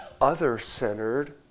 other-centered